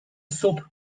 صبح